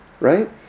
right